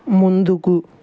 ముందుకు